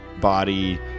body